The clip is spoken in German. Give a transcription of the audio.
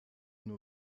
nur